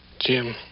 Jim